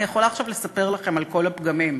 אני יכולה עכשיו לספר לכם על כל הפגמים.